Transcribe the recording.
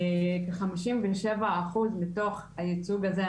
כחמישים ושבעה אחוז מתוך הייצוג הזה,